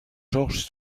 georges